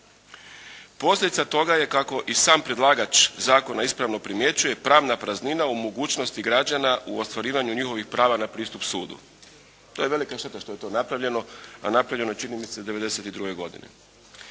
Posljedica toga je kako i sam predlagač zakona ispravno primjećuje, pravna praznina u mogućnosti građana u ostvarivanju njihovih prava na pristup sudu. To je velika šteta što je to napravljeno, a napravljeno je čini mi se '92. godine.